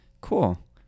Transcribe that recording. Cool